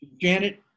Janet